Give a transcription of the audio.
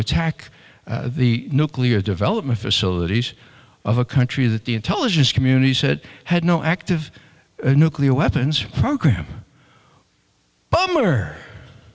attack the nuclear development facilities of a country that the intelligence community said had no active nuclear weapons program bomber